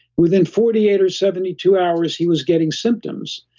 within forty eight or seventy two hours, he was getting symptoms.